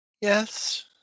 Yes